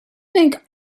think